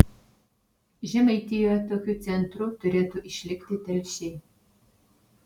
žemaitijoje tokiu centru turėtų išlikti telšiai